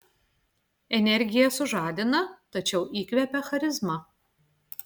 energija sužadina tačiau įkvepia charizma